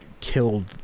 killed